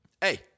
hey